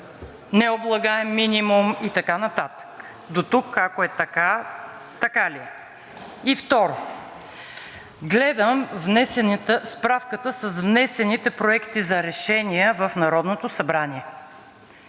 необлагаем минимум и така нататък. Дотук, ако е така, така ли е? И второ, гледам справката с внесените проекти за решения в Народното събрание.